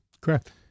Correct